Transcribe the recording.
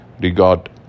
regard